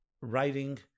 writing